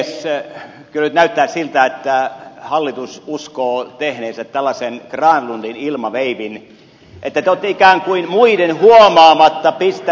kyllä nyt näyttää siltä että hallitus uskoo tehneensä tällaisen granlundin ilmaveivin että te olette ikään kuin muiden huomaamatta pistäneet maalin